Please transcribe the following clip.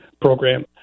program